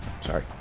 Sorry